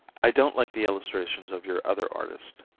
i don't like the illustrations of your other artist.